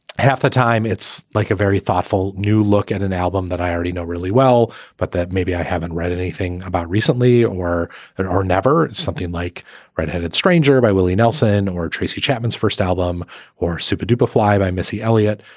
half the time it's like a very thoughtful new look at an album that i already know really well, but that maybe i haven't read anything about recently or that are never something like red-headed stranger by willie nelson or tracy chapman's first album or superduper fly by missy elliott.